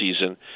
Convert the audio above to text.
season